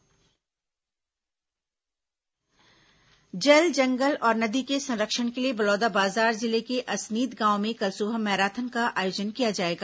marathon तैयारी जल जंगल और नदी के संरक्षण के लिए बलौदाबाजार जिले के असनीद गांव में कल सुबह मैराथन का आयोजन किया जाएगा